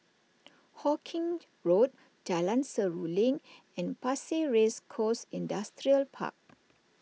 Hawkinge Road Jalan Seruling and Pasir Ris Coast Industrial Park